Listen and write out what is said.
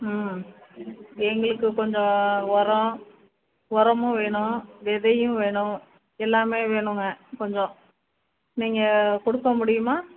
ம் எங்களுக்கு கொஞ்சம் உரம் உரமும் வேணும் விதையும் வேணும் எல்லாமே வேணுங்க கொஞ்சம் நீங்கள் கொடுக்கமுடியுமா